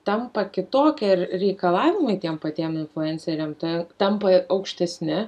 tampa kitokia ir reikalavimai tiem patiem influenceriam tai tampa aukštesni